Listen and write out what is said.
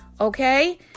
Okay